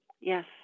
Yes